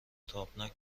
تابناک